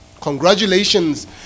Congratulations